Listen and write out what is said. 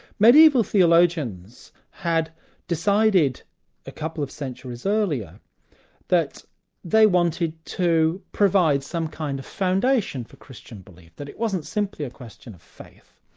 mediaeval theologians had decided a couple of centuries earlier that they wanted to provide some kind of foundation for christian belief, that it wasn't simply a question of faith.